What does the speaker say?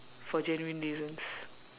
for genuine reasons